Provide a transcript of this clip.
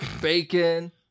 bacon